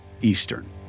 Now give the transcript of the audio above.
Eastern